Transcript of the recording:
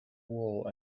wool